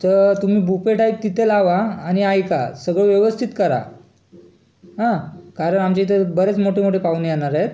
तर तुम्ही buffet type तिथे लावा आणि ऐका सगळं व्यवस्थित करा हां कारण आमचे इथं बरेच मोठे मोठे पाहुणे येणार आहेत